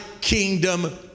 kingdom